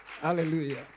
Hallelujah